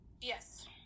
Yes